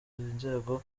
inzego